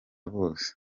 bose